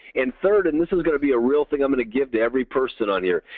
and third, and this is going to be a real thing i'm going to gift to every person on here.